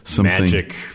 magic